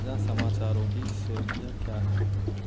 ताज़ा समाचारों की सुर्खियाँ क्या हैं